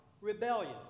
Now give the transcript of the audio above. Rebellion